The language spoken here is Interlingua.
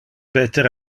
peter